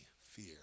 fear